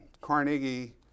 Carnegie